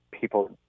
people